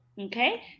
Okay